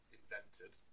invented